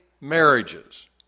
marriages